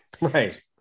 Right